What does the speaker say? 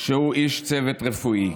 שהוא איש צוות רפואי.